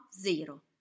zero